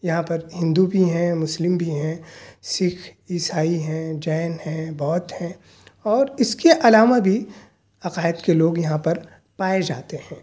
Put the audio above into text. یہاں پر ہندو بھی ہیں مسلم بھی ہیں سکھ عیسائی ہیں جین ہیں بودھ ہیں اور اس کے علاوہ بھی عقائد کے لوگ یہاں پر پائے جاتے ہیں